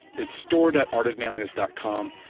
it's stored at artofmanliness dot com,